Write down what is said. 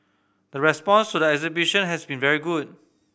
the response to the exhibition has been very good